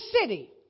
city